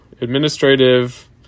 administrative